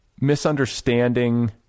misunderstanding